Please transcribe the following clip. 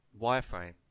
wireframe